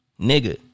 Nigga